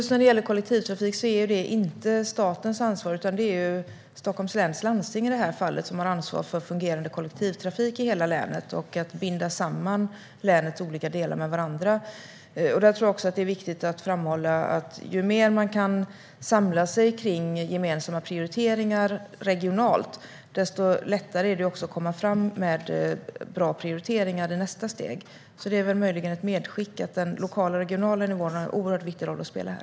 Herr talman! Kollektivtrafik är ju inte statens ansvar, utan det är i det här fallet Stockholms läns landsting som har ansvar för fungerande kollektivtrafik i hela länet och att binda samman länets olika delar. Det är också viktigt att framhålla att ju mer man kan samla sig kring gemensamma prioriteringar regionalt, desto lättare är det att komma fram med bra prioriteringar i nästa steg. Det är väl möjligen ett medskick: Den lokala och regionala nivån har en oerhört viktig roll att spela här.